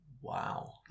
Wow